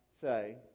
say